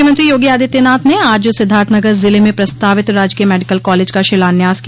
मुख्यमंत्री योगी आदित्यनाथ ने आज सिद्धार्थनगर जिले में प्रस्तावित राजकीय मेडिकल कॉलेज का शिलान्यास किया